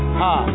ha